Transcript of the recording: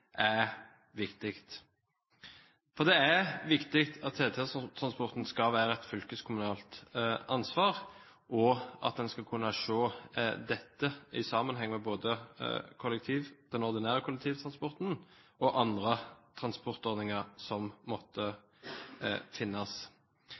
er viktig. Det er viktig at TT-transporten er et fylkeskommunalt ansvar, og at en skal kunne se dette i sammenheng med både den ordinære kollektivtransporten og andre transportordninger som måtte